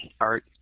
art